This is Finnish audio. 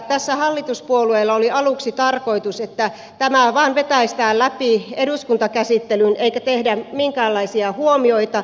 tässä hallituspuolueilla oli aluksi tarkoitus että tämä vain vetäistään läpi eduskuntakäsittelyyn eikä tehdä minkäänlaisia huomioita